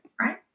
right